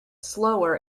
slower